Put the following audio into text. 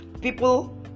People